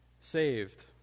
saved